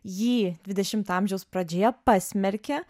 jį dvidešimto amžiaus pradžioje pasmerkė